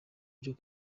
byo